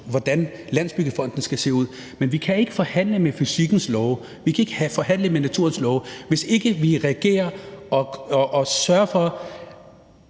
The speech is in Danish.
hvordan Landsbyggefonden skal se ud, men vi kan ikke forhandle om fysikkens love, vi kan ikke forhandle om naturens love. Hvis ikke vi reagerer og sørger for